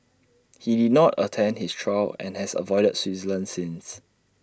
he did not attend his trial and has avoided Switzerland since